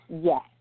yes